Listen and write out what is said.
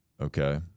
Okay